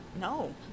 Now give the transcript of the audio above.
No